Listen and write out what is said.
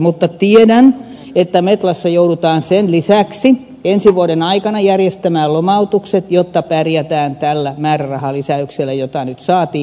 mutta tiedän että metlassa joudutaan sen lisäksi ensi vuoden aikana järjestämään lomautukset jotta pärjätään tällä määrärahalisäyksellä joka nyt saatiin